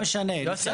לא משנה --- יוסי,